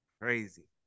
Crazy